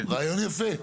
רעיון יפה.